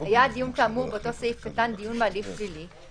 היה הדיון כאמור באותו סעיף קטן דיון בהליך פלילי,